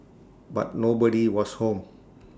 but nobody was home